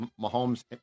Mahomes